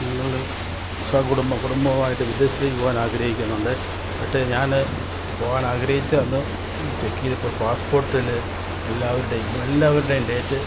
ഞങ്ങൾ സകുടുംബം കുടുംബമായിട്ട് വിദേശത്തേക്ക് പോകാൻ ആഗ്രഹിക്കുന്നുണ്ട് പഷേ ഞാൻ പോകാൻ ആഗ്രഹിച്ച അന്ന് ചെക്ക് ചെയ്തപ്പോൾ പാസ്പോർട്ടിൽ എല്ലാവരുടെയും എല്ലാവരുടെയും ഡേറ്റ്